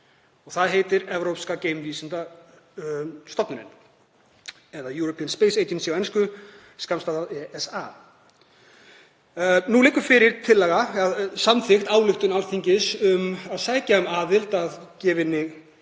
og það er Evrópska geimvísindastofnunin eða European Space Agency á ensku, skammstafað ESA. Nú liggur fyrir samþykkt ályktun Alþingis um að sækja um aðild að gefinni